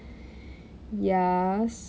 ya s~